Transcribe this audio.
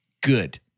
good